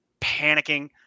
panicking